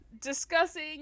discussing